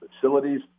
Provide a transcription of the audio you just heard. facilities